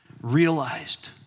realized